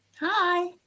Hi